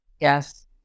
Yes